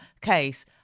case